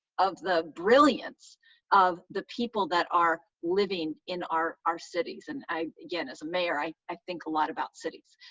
of the brilliance of the people that are living in our our cities. and, again, as a mayor, i i think a lot about cities.